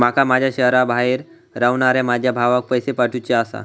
माका माझ्या शहराबाहेर रव्हनाऱ्या माझ्या भावाक पैसे पाठवुचे आसा